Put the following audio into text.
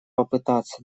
попытаться